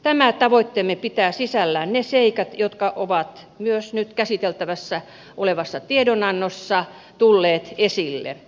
tämä tavoitteemme pitää sisällään ne seikat jotka ovat myös nyt käsiteltävässä olevassa tiedonannossa tulleet esille